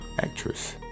Actress